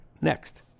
Next